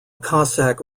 cossack